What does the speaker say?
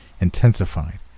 intensified